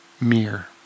mirror